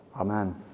Amen